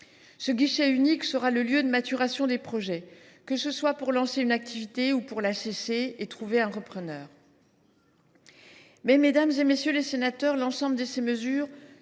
Ce guichet unique sera le lieu de maturation des projets, que ce soit pour lancer une activité ou pour la cesser et trouver un repreneur. Mais, mesdames, messieurs les sénateurs, l’ensemble de ces mesures